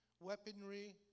weaponry